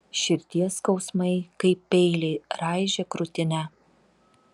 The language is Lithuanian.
širdies skausmai kaip peiliai raižė krūtinę